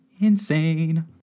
insane